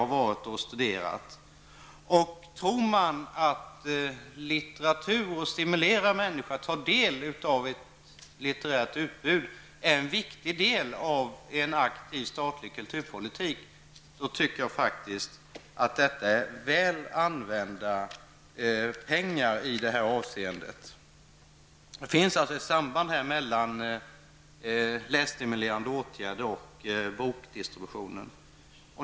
Om man tycker att litteratur och detta att stimulera människor att ta del av ett litterärt utbud är en viktig del av en aktiv statlig kulturpolitik, då är stödet till Litteraturfrämjandet väl använda pengar. Det finns alltså ett samband mellan lässtimulerande åtgärder och bokdistribution.